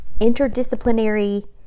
interdisciplinary